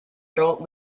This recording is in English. adult